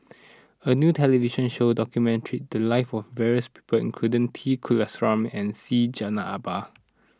a new television show documented the lives of various people including T Kulasekaram and Syed Jaafar Albar